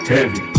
Heavy